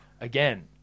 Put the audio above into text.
again